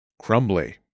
crumbly